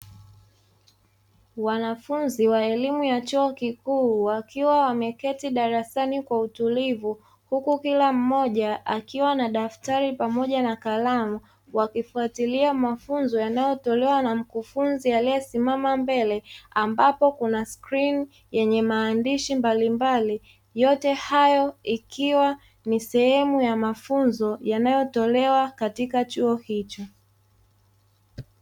Wanafunzi wa elimu ya chuo kikuu wakiwa wameketi darasani kwa utulivu huku kila mmoja akiwa na daftari pamoja na kalamu, wakifuatilia mafunzo yanayotolewa na mkufunzi aliyesimama mbele ambapo kuna skrini yenye maandishi mablimbali yote hayo ikiwa ni sehemu ya mafunzo yanayotolewa katika chuo hicho.